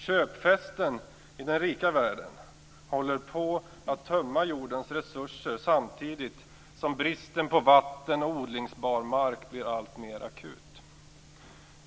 Köpfesten i den rika världen håller på att tömma jordens resurser, samtidigt som bristen på vatten och odlingsbar mark blir alltmer akut.